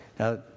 Now